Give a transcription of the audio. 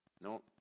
No